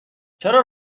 چرا